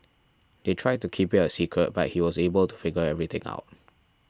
they tried to keep it a secret but he was able to figure everything out